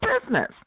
business